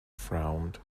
frowned